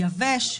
יבש,